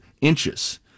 inches